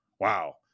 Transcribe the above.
Wow